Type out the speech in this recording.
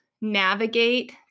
navigate